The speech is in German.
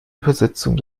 übersetzung